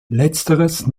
letzteres